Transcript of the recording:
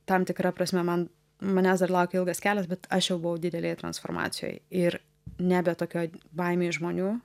tam tikra prasme man manęs dar laukė ilgas kelias bet aš jau buvau didelėj transformacijoj ir nebe tokioj baimėj žmonių